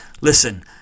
listen